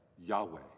Yahweh